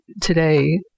today